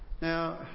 Now